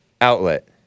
outlet